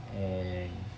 and